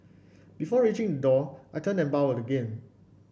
before reaching the door I turned and bowed again